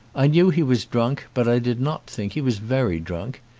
i knew he was drunk, but i did not think he was very drunk,